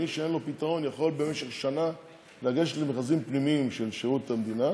מי שאין לו פתרון יכול במשך שנה לגשת למכרזים פנימיים של שירות המדינה